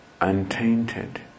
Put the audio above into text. untainted